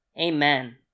Amen